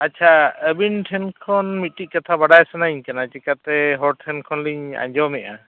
ᱟᱪᱪᱷᱟ ᱟᱹᱵᱤᱱ ᱴᱷᱮᱱ ᱠᱷᱚᱱ ᱢᱤᱫᱴᱤᱡ ᱠᱟᱛᱷᱟ ᱵᱟᱰᱟᱭ ᱥᱟᱱᱟᱧ ᱠᱟᱱᱟ ᱪᱤᱠᱟᱹᱛᱮ ᱦᱚᱲ ᱴᱷᱮᱱ ᱠᱷᱚᱱᱞᱤᱧ ᱟᱸᱡᱚᱢᱮᱜᱼᱟ